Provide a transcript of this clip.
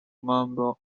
member